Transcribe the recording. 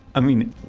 i mean.